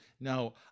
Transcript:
No